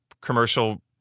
commercial